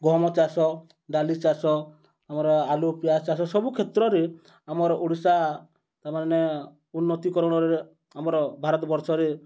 ଗହମ ଚାଷ ଡାଲି ଚାଷ ଆମର୍ ଆଲୁ ପିଆଜ ଚାଷ ସବୁ କ୍ଷେତ୍ରରେ ଆମର୍ ଓଡ଼ିଶା ତା'ର୍ମାନେ ଉନ୍ନତିକରଣରେ ଆମର୍ ଭାରତ ବର୍ଷରେ